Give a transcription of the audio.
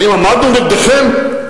האם עמדנו נגדכם?